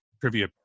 trivia